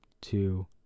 two